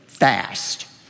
fast